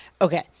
Okay